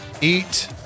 eat